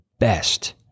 Best